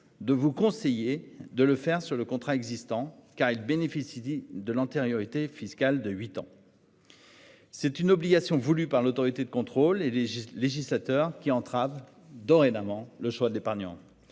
de vous conseiller de le faire sur le contrat existant car il bénéficie dit de l'antériorité fiscale de 8 ans. C'est une obligation voulue par l'autorité de contrôle et les législateurs qui entrave dorénavant le choix d'épargnants.